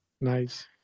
nice